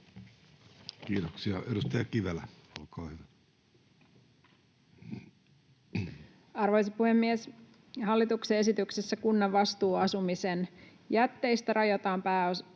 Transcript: Kiitoksia. — Edustaja Kivelä, olkaa hyvä. Arvoisa puhemies! Hallituksen esityksessä kunnan vastuu asumisen jätteistä rajataan pääosin